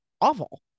awful